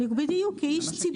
בדיוק, כאיש ציבור.